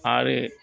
आरो